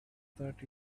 that